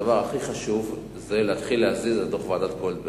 הדבר הכי חשוב זה להתחיל להזיז את דוח ועדת-גולדברג.